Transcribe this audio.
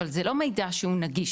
אבל זה לא מידע שהוא נגיש